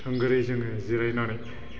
थोंगोरै जोङो जिरायनानै